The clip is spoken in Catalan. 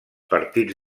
partits